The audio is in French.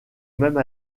même